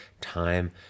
time